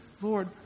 Lord